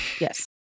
Yes